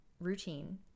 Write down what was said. routine